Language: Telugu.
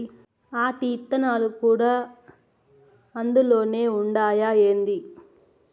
ఆటి ఇత్తనాలు కూడా అందులోనే ఉండాయా ఏంది